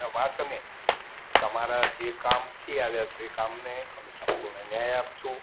વાતને તમારા જે કામથી આવ્યા છો એ કામને અમે સંપૂર્ણ ન્યાય આપીશું